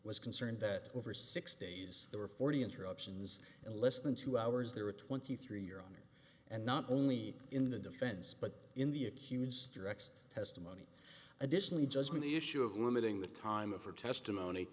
was concerned that over six days there were forty interruptions in less than two hours there were twenty three year on it and not only in the defense but in the accused direct testimony additionally judgment issue of limiting the time of her testimony